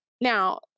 Now